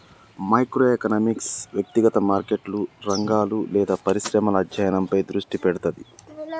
micro economics వ్యక్తిగత మార్కెట్లు, రంగాలు లేదా పరిశ్రమల అధ్యయనంపై దృష్టి పెడతది